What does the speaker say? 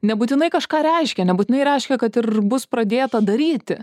nebūtinai kažką reiškia nebūtinai reiškia kad ir bus pradėta daryti